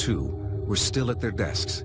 two were still at their desks